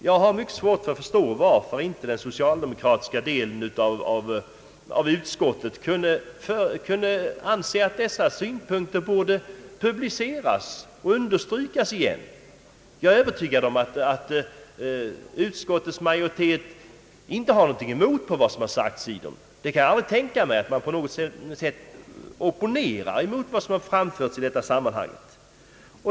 Jag har svårt att förstå varför den socialdemokratiska delen av utskottet inte vill medge att dessa synpunkter borde publiceras och understrykas igen. Jag är övertygad om att utskottets majoritet inte har något att invända mot vad som där yttrats. Jag tror inte man vill opponera sig mot vad som framförts i detta sammanhang.